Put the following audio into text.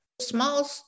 small